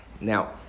Now